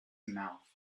mouth